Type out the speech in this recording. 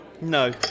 No